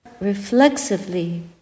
reflexively